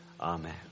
Amen